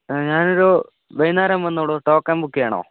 ഞാനൊരു വൈകുന്നേരം വന്നോളൂ ടോക്കൺ ബുക്ക് ചെയ്യണോ